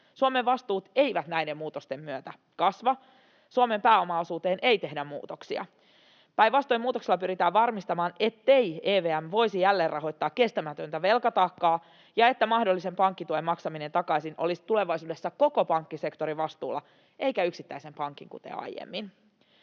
Suomen vastuut eivät näiden muutosten myötä kasva, Suomen pääomaosuuteen ei tehdä muutoksia. Päinvastoin muutoksella pyritään varmistamaan, ettei EVM voisi jälleenrahoittaa kestämätöntä velkataakkaa ja että mahdollisen pankkituen maksaminen takaisin olisi tulevaisuudessa koko pankkisektorin vastuulla eikä yksittäisen pankin, kuten aiemmin.